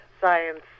science